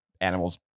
animals